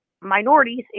minorities